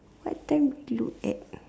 what time to look at